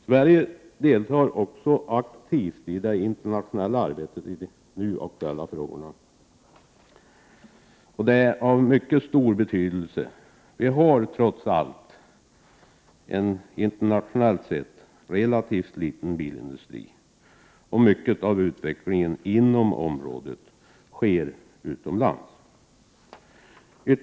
Sverige delar också aktivt i det internationella arbetet i de nu aktualiserade frågorna. Det är av mycket stor betydelse. Vi har trots allt en internationellt sett relativt liten bilindustri, och mycket av utvecklingen på området sker utomlands.